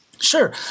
Sure